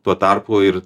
tuo tarpu ir